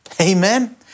Amen